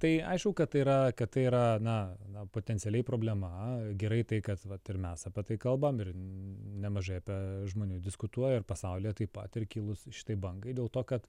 tai aišku kad tai yra kad tai yra na na potencialiai problema gerai tai kad vat ir mes apie tai kalbam ir nemažai apie žmonių diskutuoja ir pasaulyje taip pat ir kilus šitai bangai dėl to kad